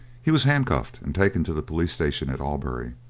he was handcuffed and taken to the police station at albury.